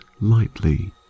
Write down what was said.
lightly